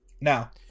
Now